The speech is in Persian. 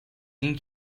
این